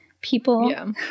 People